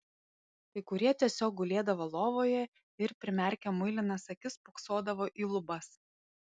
kai kurie tiesiog gulėdavo lovoje ir primerkę muilinas akis spoksodavo į lubas